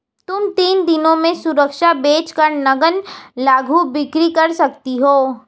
तुम तीन दिनों में सुरक्षा बेच कर नग्न लघु बिक्री कर सकती हो